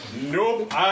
Nope